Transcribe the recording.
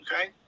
Okay